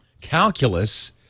Calculus